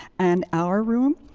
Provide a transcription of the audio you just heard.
and our room.